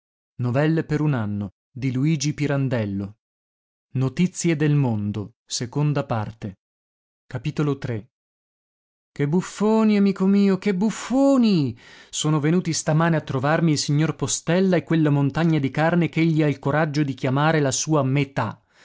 quante amarezze ci riserba mezzanotte dormi in pace che buffoni amico mio che buffoni sono venuti stamane a trovarmi il signor postella e quella montagna di carne ch'egli ha il coraggio di chiamare la sua metà